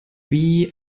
wie